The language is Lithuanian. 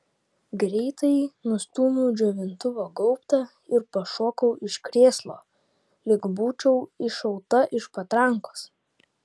greitai nustūmiau džiovintuvo gaubtą ir pašokau iš krėslo lyg būčiau iššauta iš patrankos